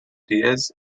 diaz